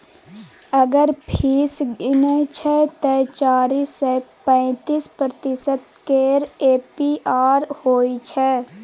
अगर फीस गिनय छै तए चारि सय पैंतीस प्रतिशत केर ए.पी.आर होइ छै